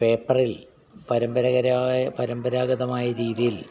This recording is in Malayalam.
പേപ്പറിൽ പരമ്പരഗരായ പരമ്പരാഗതമായ രീതിയിൽ